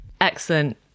Excellent